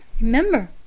Remember